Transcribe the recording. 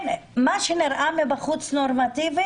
מה שנראה מבחוץ נורמטיבי